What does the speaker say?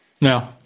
No